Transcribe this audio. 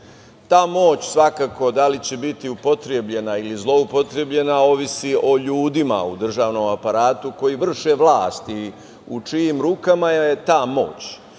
Ta moć svakako da li će biti upotrebljena ili zloupotrebljena zavisi od ljudi u državnom aparatu koji vrše vlasti i u čijim rukama je taj